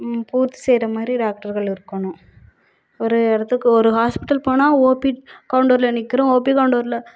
பூர்த்தி செய்யற மாதிரி டாக்டர்கள் இருக்கணும் ஒரு இடத்துக்கு ஒரு ஹாஸ்பிட்டல் போனால் ஓபி கவுண்டரில் நிற்கிறோம் ஓபி கவுண்டரில்